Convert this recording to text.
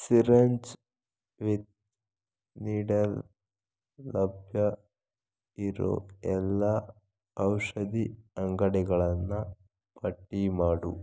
syringe with needle ಲಭ್ಯ ಇರೋ ಎಲ್ಲ ಔಷಧಿ ಅಂಗಡಿಗಳನ್ನು ಪಟ್ಟಿಮಾಡು